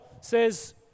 says